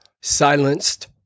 silenced